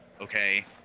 Okay